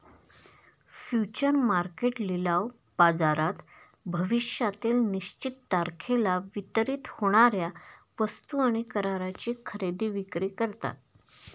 future market लिलाव बाजारात भविष्यातील निश्चित तारखेला वितरित होणार्या वस्तू आणि कराराची खरेदी विक्री करतात